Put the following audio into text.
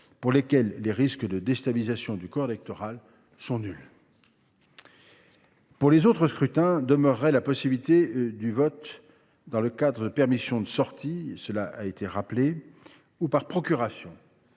pour lesquels les risques de déstabilisation du corps électoral sont nuls. Pour les autres scrutins demeurerait la possibilité de voter dans le cadre d’une permission de sortie ou par procuration.